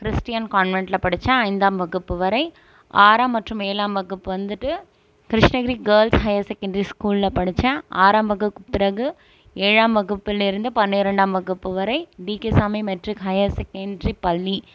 Christian கான்வென்ட்டில் படிச்சேன் ஐந்தாம் வகுப்பு வரை ஆறாம் மற்றும் ஏழாம் வகுப்பு வந்துட்டு கிருஷ்ணகிரி கேர்ள்ஸ் ஹையர் செகண்டரி ஸ்கூல்ல படிச்சேன் ஆறாம் வகுப்புக்கு பிறகு ஏழாம் வகுப்பில் இருந்து பன்னிரெண்டாம் வகுப்பு வரை TK Samy matric higher secondary பள்ளி